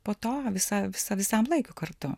po to visa visa visam laikui kartu